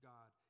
God